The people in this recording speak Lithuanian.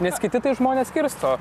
nes kiti tai žmonės skirsto